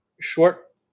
Short